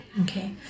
Okay